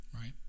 Right